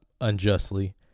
unjustly